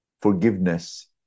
Forgiveness